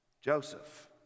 Joseph